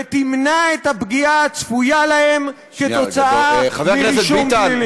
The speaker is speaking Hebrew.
ותמנע את הפגיעה הצפויה בהם כתוצאה מרישום פלילי.